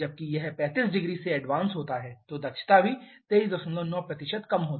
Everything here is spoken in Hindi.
जबकि जब यह 350 से एडवांस होता है तो दक्षता भी 239 कम होती है